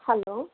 hello